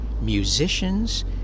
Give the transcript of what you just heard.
musicians